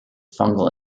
fungal